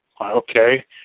Okay